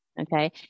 okay